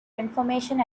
information